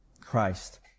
Christ